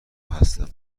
هستم